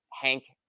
Hank